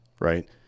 right